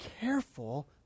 careful